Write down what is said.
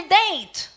date